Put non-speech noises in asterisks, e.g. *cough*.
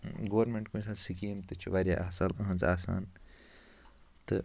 government *unintelligible* scheme تہِ چھِ واریاہ اصٕل یہنٛزٕ آسان تہٕ